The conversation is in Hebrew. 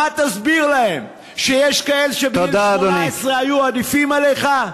מה תסביר להם: יש כאלה שבגיל 18 עדיפים עליך?